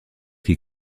qui